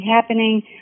happening